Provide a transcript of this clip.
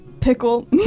pickle